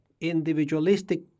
individualistic